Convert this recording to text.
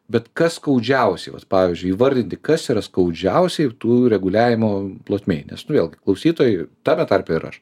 bet kas skaudžiausia vat pavyzdžiui įvardyti kas yra skaudžiausiai ir tų reguliavimų plotmėj nes nu vėlgi klausytojai tame tarpe ir aš